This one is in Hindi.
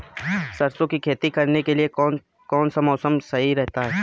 सरसों की खेती करने के लिए कौनसा मौसम सही रहता है?